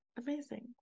Amazing